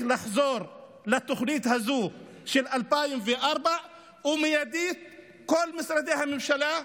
לחזור מיידיית לתוכנית הזאת של 2004. על כל משרדי הממשלה,